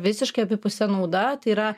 visiškai abipusė nauda tai yra